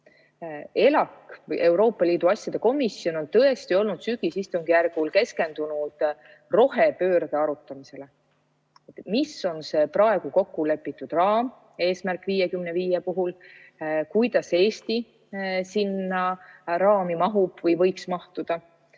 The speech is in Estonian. Euroopa Liidu asjade komisjon, on tõesti olnud sügisistungjärgul keskendunud rohepöörde arutamisele. Mis on see praegu kokkulepitud raam "Eesmärk 55" puhul? Kuidas Eesti sinna raami mahub või võiks mahtuda?